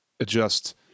Adjust